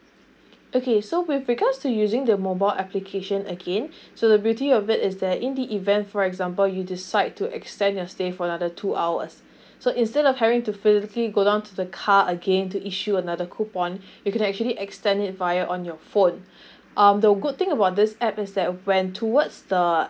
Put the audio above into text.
okay so with regards to using the mobile application again so the beauty of it is that in the event for example you decide to extend your stay for another two hours so instead of having to physically go down to the car again to issue another coupon you can actually extend it via on your phone um the good thing about this app is that when towards the